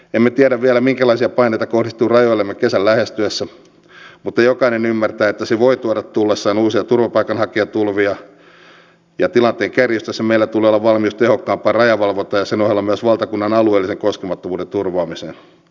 emme tiedä vielä minkälaisia paineita kohdistuu rajoillemme kesän lähestyessä mutta jokainen ymmärtää että se voi tuoda tullessaan uusia turvapaikanhakijatulvia ja tilanteen kärjistyessä meillä tulee olla valmius tehokkaampaan rajavalvontaan ja sen ohella myös valtakunnan alueellisen koskemattomuuden turvaamiseen